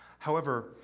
however,